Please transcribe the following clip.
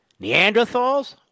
Neanderthals